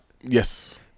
Yes